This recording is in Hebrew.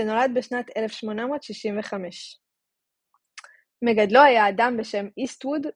שנולד בשנת 1865. מגדלו היה אדם בשם איסטווד,